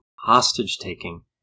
hostage-taking